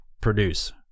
produce